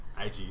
IG